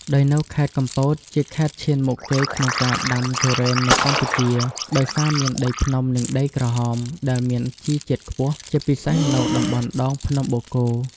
ដោយនៅខេត្តកំពតជាខេត្តឈានមុខគេក្នុងការដាំទុរេននៅកម្ពុជា ដោយសារមានដីភ្នំ និងដីក្រហម ដែលមានជីជាតិខ្ពស់ ជាពិសេសនៅតំបន់ដងភ្នំបូកគោ។